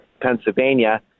Pennsylvania